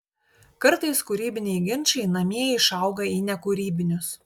kartais kūrybiniai ginčai namie išauga į nekūrybinius